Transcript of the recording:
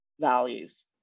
values